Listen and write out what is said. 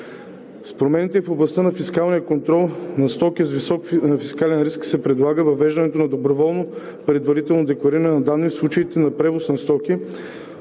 С промените в областта на фискалния контрол на стоки с висок фискален риск се предлага въвеждането на доброволно предварително деклариране на данни в случаите на превоз на стоки,